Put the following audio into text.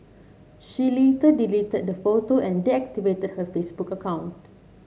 she later deleted the photo and deactivated her Facebook account